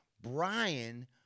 Brian